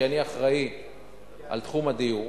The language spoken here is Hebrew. כי אני אחראי לתחום הדיור,